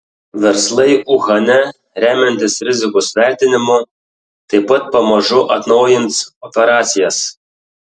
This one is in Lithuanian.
verslai uhane remiantis rizikos vertinimu taip pat pamažu atnaujins operacijas